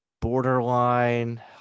borderline